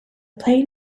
plain